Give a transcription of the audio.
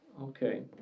Okay